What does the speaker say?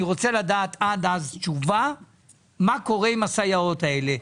אני רוצה לדעת עד אז תשובה מה קורה עם הסייעות האלה.